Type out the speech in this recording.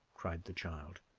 cried the child.